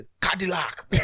Cadillac